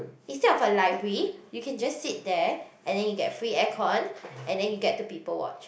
instead of a library you can just sit there and then you get free aircon and then you get to people watch